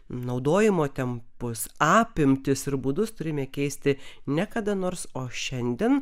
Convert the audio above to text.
naudojimo tempus apimtis ir būdus turime keisti ne kada nors o šiandien